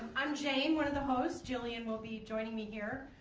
i'm jayne, one of the hosts. jillian will be joining me here.